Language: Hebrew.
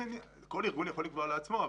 כל ארגון יכול לקבוע לעצמו.